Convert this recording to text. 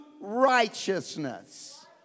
righteousness